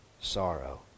sorrow